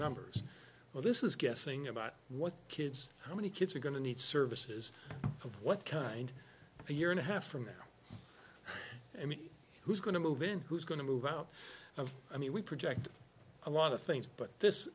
numbers well this is guessing about what kids how many kids are going to need services of what kind a year and a half from now i mean who's going to move in who's going to move out of i mean we project a lot of things but this